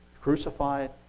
crucified